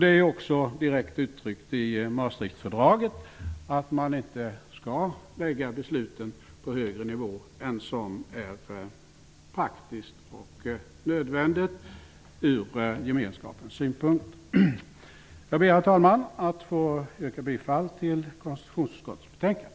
Det är också direkt uttryckt i Maastrichtfördraget att besluten inte skall läggas på högre nivå än vad som är praktiskt och nödvändigt från gemenskapens synpunkt. Herr talman! Jag ber att få yrka bifall till konstitutionsutskottets hemställan.